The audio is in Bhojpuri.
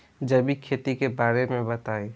जैविक खेती के बारे में बताइ